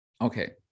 Okay